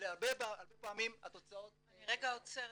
והרבה פעמים התוצאות --- אני רגע עוצרת